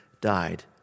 died